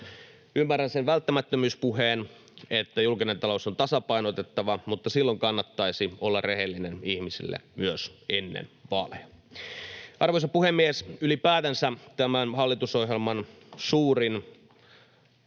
Ymmärrän sen välttämättömyyspuheen, että julkinen talous on tasapainotettava, mutta silloin kannattaisi olla rehellinen ihmisille myös ennen vaaleja. Arvoisa puhemies! Ylipäätänsä tämän hallitusohjelman suurin